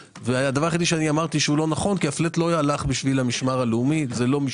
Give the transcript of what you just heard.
הדבר היחיד שאמרתי שלא נכון כי הפלאט לא הלך